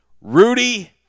Rudy